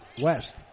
West